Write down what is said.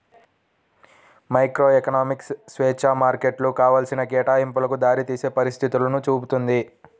microeconomics స్వేచ్ఛా మార్కెట్లు కావాల్సిన కేటాయింపులకు దారితీసే పరిస్థితులను చూపుతుంది